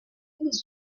with